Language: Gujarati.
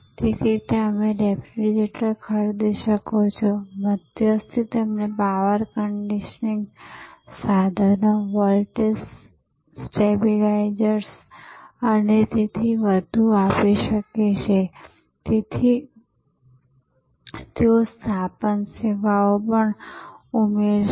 તેથી તમે રેફ્રિજરેટર ખરીદી શકો છો મધ્યસ્થી તમને પાવર કન્ડીશનીંગ સાધનો વોલ્ટેજ સ્ટેબિલાઇઝર્સ અને તેથી વધુ આપી શકે છે તેઓ સ્થાપન સેવા વગેરે પણ ઉમેરશે